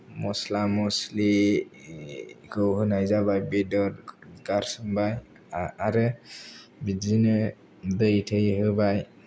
मसला मसलिखौ होनाय जाबाय बेदर गारसोमबाय आरो बिदिनो दै थै होबाय